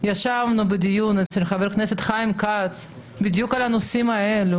ישבנו בדיון אצל חבר הכנסת חיים כץ בדיוק בנושאים האלו,